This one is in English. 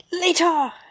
later